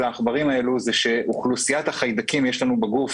העכברים האלה הוא שאוכלוסיית החיידקים יש לנו בגוף